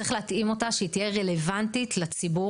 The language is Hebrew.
צריך להתאים אותה על מנת שתהיה רלוונטית לציבור.